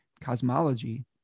cosmology